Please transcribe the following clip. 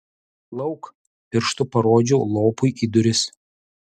lauk pirštu parodžiau lopui į duris